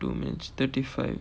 two minutes thirty five